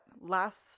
last